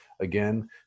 Again